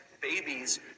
babies